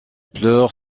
pleure